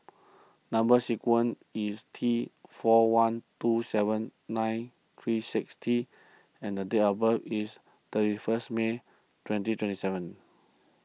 Number Sequence is T four one two seven nine three six T and date of birth is thirty first May twenty twenty seven